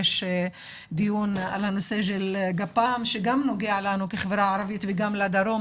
יש דיון על הנושא של גפ"מ שגם נוגע לנו כחברה ערבית וגם לדרום,